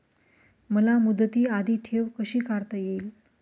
मला मुदती आधी ठेव कशी काढता येईल?